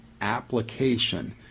application